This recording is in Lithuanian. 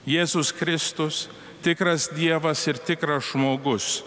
jėzus kristus tikras dievas ir tikras žmogus